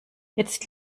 jetzt